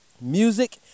music